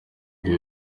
ari